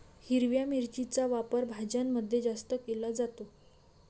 हिरव्या मिरचीचा वापर भाज्यांमध्ये जास्त केला जातो